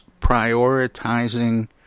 prioritizing